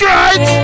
right